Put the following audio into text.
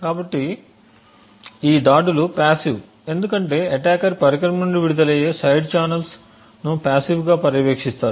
కాబట్టి ఈ దాడులు పాసివ్ ఎందుకంటే అటాకర్ పరికరం నుండి విడుదలయ్యే సైడ్ ఛానెల్స్ను పాసివ్ గా పర్యవేక్షిస్తాడు